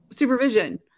Supervision